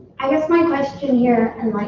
i guess my question here,